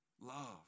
love